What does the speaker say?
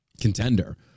contender